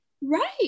Right